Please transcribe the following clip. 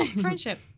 friendship